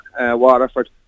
Waterford